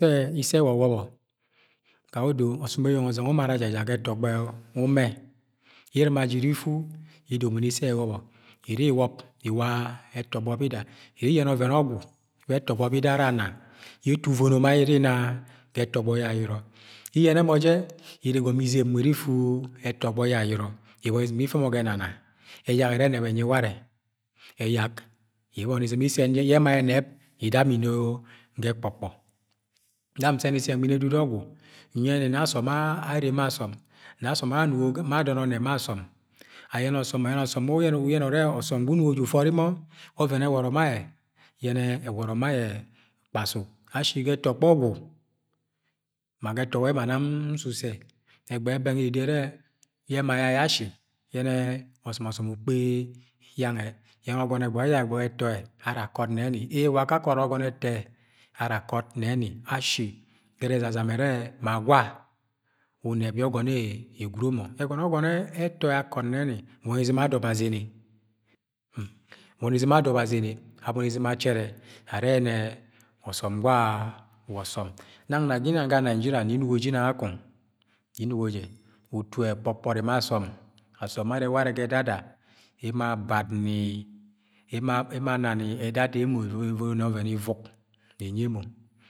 . itẹ issẹ ẹwọwọbọ, ga yẹ odo ọsọm eyeng ọzẹng umara jẹ ja ga ẹtọgbo e̱ umẹ. Irɨma jẹ iri ifu idomoni issẹ e̱wọ wọbọ. Iri iwọb iwa ẹtogbọ bida. Iri iyẹnẹ ọvẹn ọgwu yẹ ẹtọgbọ bida ara ana yẹ eto uvono ma ye iri inna ge ẹtọgbọ ya ayọrọ iye̱ne̱ mọ je, iri igomọ izẹp nwẹ iri ifu ẹtọgbọ ya ayyọrọ ibọni izɨm iri ife̱ mọ ga ẹnana. Ẹyak e̱rẹ ẹnẹb e̱nyi ware̱, eyak, yẹ ibọni izɨm isẹn je̱, yẹ ẹma e̱nẹb ida mọ ino ga e̱kpo̱kpọ Nam nsẹni issẹ nbi ga ẹdudu ọgwu. Nyẹnẹ nẹ asọm arre ma asiọ m. Nẹ asọm anugo ma adọn ọnnẹ ma asọm. Ayene ọsọm ma aye̱ne̱ ọsọm urẹ ọsọm unugo je̱ ufọri mọ ọvẹn ewọro̱ ma aye, yẹnẹ e̱woro̱ ma aye̱ kpasuk. Ashi ga ẹtọgbọ ọgwu, ma ga ẹtọgbo yẹ ma nam nsisẹ ẹybẹghẹ bẹng iri idọro irẹ yẹ ẹma ya ayọ asi, yẹnẹ ọsọ ukpe yang ẹ. Yẹnẹ ẹgbẹghẹ ejara e̱ gbe̱ghe̱ ọgọn e̱to yẹ are akọt nẹni. Ee! wa akakẹ o̱ro̱k oojọn ẹtọ ara akọt nẹni ashi ge̱re̱ ẹ zazama are̱ ma gwa unẹb yẹ ọgọn egwuro mọ. Ẹgọnọ ye̱ ọgọn ẹtọ yẹ akọt nẹni boni izɨm adọbọ azɨnẹ, bọni izɨm ado̱bo̱ azɨne, abo̱ni azɨm achẹrẹ are̱ yẹne̱ e̱so̱m gwa wa ọsọm Nang na ginang ga Nigeria nni inugo ginang kakọng, nẹ ingo jẹ utu e̱kpọkpọri ma asọm Ma asom bẹ arre ware ga ẹdada, emo abadni, emo anani emo evononi ọvẹn ivọk e̱nyi emọ.